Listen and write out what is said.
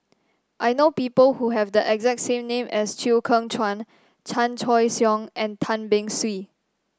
I know people who have the exact same name as Chew Kheng Chuan Chan Choy Siong and Tan Beng Swee